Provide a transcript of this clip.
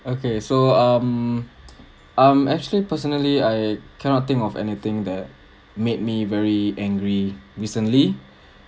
okay so um I'm actually personally I cannot think of anything that made me very angry recently